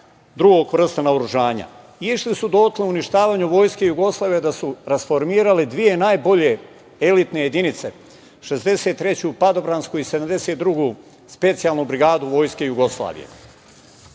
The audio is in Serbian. druge vrste naoružanja. Išli su dotle u uništavanju Vojske Jugoslavije da su rasformirali dve najbolje elitne jedinice, 63 padobransku i 72 specijalnu brigadu Vojsku Jugoslavije. Na